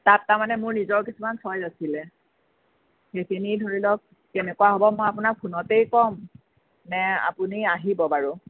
তাত তাৰ মানে মোৰ নিজৰ কিছুমান চইছ আছিলে সেইখিনি ধৰি লওক কেনেকুৱা হ'ব মই আপোনাক ফোনতেই ক'ম নে আপুনি আহিব বাৰু